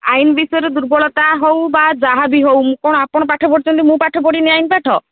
ଆଇନ୍ ବିଷୟରେ ଦୁର୍ବଳତା ହେଉ ବା ଯାହାବି ହେଉ ମୁଁ କ'ଣ ଆପଣ ପାଠ ପଢ଼ିଛନ୍ତି ମୁଁ ପାଠ ପଢ଼ିନି ଆଇନ୍ ପାଠ